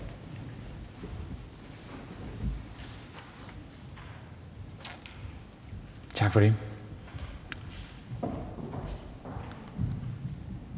Tak for det.